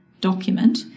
document